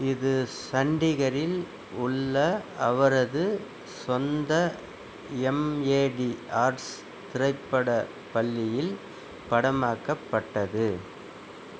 இது சண்டிகரில் உள்ள அவரது சொந்த எம்ஏடி ஆர்ட்ஸ் திரைப்படப் பள்ளியில் படமாக்கப்பட்டது